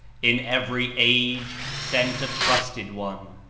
in every age, sent a trusted one.